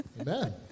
Amen